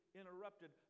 interrupted